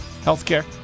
healthcare